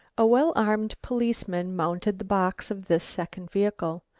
a well-armed policeman mounted the box of this second vehicle.